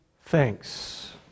thanks